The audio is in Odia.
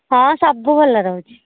ହଁ ସବୁ ଭଲ ରହୁଛି